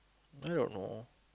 I don't know